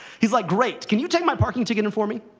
he's like, great. can you take my parking ticket in for me.